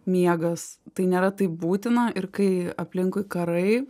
miegas tai nėra taip būtina ir kai aplinkui karai